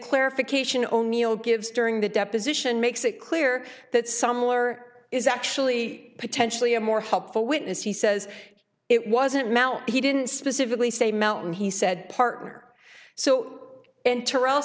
clarification o'neil gives during the deposition makes it clear that some lawyer is actually potentially a more helpful witness he says it wasn't now he didn't specifically say mountain he said partner so enter all